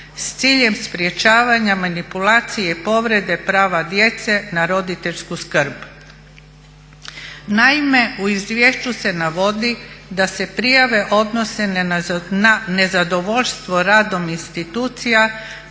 s ciljem sprečavanja manipulacije i povrede prava djece na roditeljsku skrb. Naime, u izvješću se navodi da se prijave odnose na nezadovoljstvo radom institucija